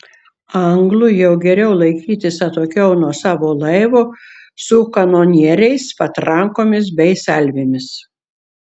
anglui jau geriau laikytis atokiau nuo savo laivo su kanonieriais patrankomis bei salvėmis